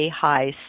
high